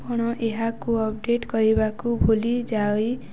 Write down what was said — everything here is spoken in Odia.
କ'ଣ ଏହାକୁ ଅପଡ଼େଟ୍ କରିବାକୁ ଭୁଲି ଯାଇ